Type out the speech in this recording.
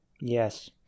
Yes